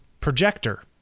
projector